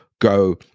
go